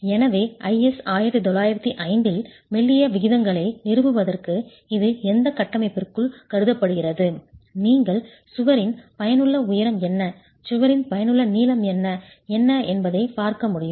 எனவே IS 1905 இல் மெல்லிய விகிதங்களை நிறுவுவதற்கு இது எந்த கட்டமைப்பிற்குள் கருதப்படுகிறது நீங்கள் சுவரின் பயனுள்ள உயரம் என்ன சுவரின் பயனுள்ள நீளம் என்ன என்ன என்பதைப் பார்க்க முடியும்